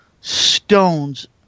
stones